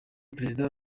perezida